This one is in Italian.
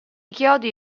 chiodi